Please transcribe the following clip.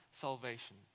salvation